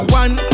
one